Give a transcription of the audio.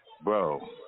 bro